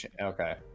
okay